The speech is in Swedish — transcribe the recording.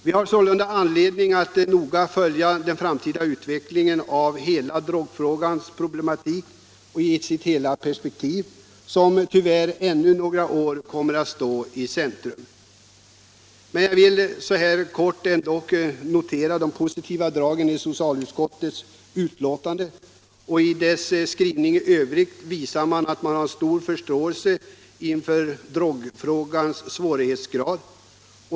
Vi har sålunda anledning att noggrant följa den framtida utvecklingen i drogfrågan i hela dess perspektiv, och den kommer tyvärr ännu några år att stå i centrum. Jag vill ändock kort notera de positiva dragen i socialutskottets betänkande. Av dess skrivning framgår att man har stor förståelse för drogfrågans svårighetsgrad.